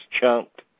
chunked